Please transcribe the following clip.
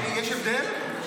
יש הבדל?